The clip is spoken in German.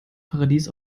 paradies